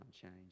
change